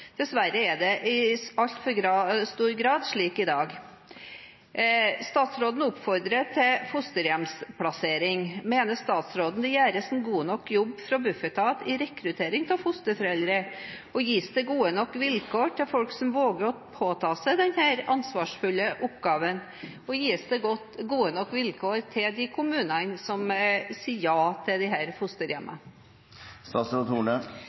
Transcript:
Dessverre er det i altfor stor grad slik i dag. Statsråden oppfordrer til fosterhjemsplassering. Mener statsråden det gjøres en god nok jobb fra Bufetat med å rekruttere fosterforeldre? Gis det gode nok vilkår til folk som våger å påta seg denne ansvarsfulle oppgaven, og gis det gode nok vilkår til de kommunene som sier ja til